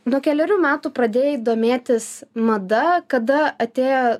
nuo kelerių metų pradėjai domėtis mada kada atėjo